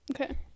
Okay